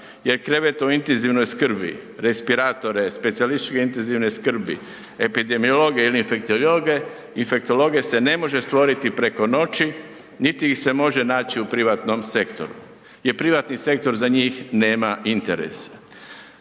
jer krevet u intenzivnoj skrbi, respiratore, specijalističke intenzivne skrbi, epidemiologe i infektologe se ne može stvoriti preko noći, niti ih se može naći u privatnom sektoru jer privatni sektor za njih nema interese.